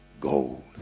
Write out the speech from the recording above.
gold